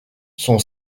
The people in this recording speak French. son